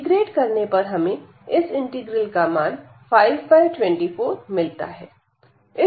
integrate करने पर हमें इस इंटीग्रल का मान 524 मिलता है